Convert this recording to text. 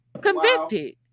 convicted